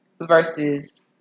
versus